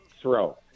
throw